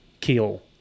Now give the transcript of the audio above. kill